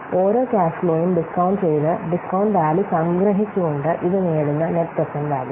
ഓരോ ക്യാഷ് ഫ്ലോയും ഡിസ്കൌണ്ട് ചെയ്ത് ഡിസ്കൌണ്ട് വാല്യൂ സംഗ്രഹിച്ചുകൊണ്ട് ഇത് നേടുന്ന നെറ്റ് പ്രേസേന്റ്റ് വാല്യൂ